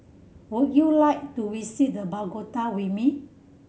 would you like to visit the Bogota with me